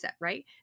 right